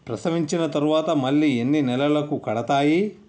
ప్రసవించిన తర్వాత మళ్ళీ ఎన్ని నెలలకు కడతాయి?